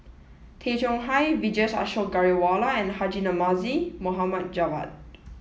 Tay Chong Hai Vijesh Ashok Ghariwala and Haji Namazie Mohd Javad